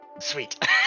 Sweet